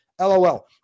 LOL